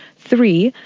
three,